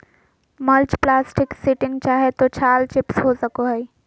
mulch plastic sheeting चाहे तो छाल चिप्स हो सको हइ